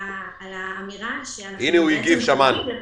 שמענו את